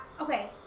okay